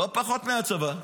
לא פחות מהצבא.